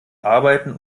arbeiten